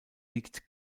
liegt